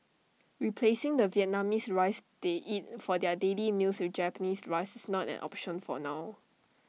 replacing the Vietnamese rice they eat for their daily meals with Japanese rice is not an option for now